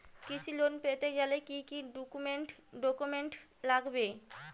কৃষি লোন পেতে গেলে কি কি ডকুমেন্ট লাগবে?